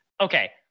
Okay